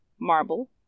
marble